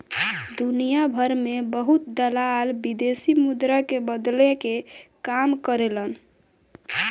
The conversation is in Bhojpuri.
दुनियाभर में बहुत दलाल विदेशी मुद्रा के बदले के काम करेलन